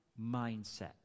mindset